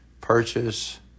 purchase